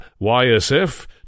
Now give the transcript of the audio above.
YSF